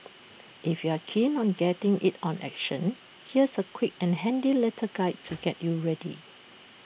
if you're keen on getting in on action here's A quick and handy little guide to get you ready